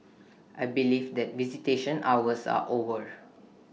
I believe that visitation hours are over